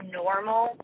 normal